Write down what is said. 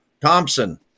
Thompson